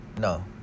No